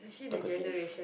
talkative